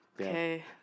okay